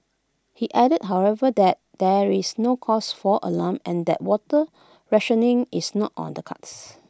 he added however that there is no cause for alarm and that water rationing is not on the cards